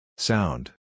Sound